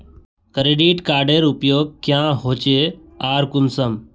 Credit कार्डेर उपयोग क्याँ होचे आर कुंसम?